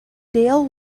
dale